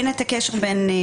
להשיב.